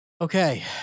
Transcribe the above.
Okay